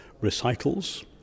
recitals